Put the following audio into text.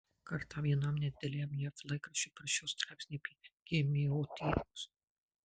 kartą vienam nedideliam jav laikraščiui parašiau straipsnį apie gmo tyrimus